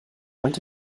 faint